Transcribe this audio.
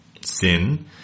sin